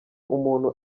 umuntu